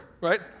right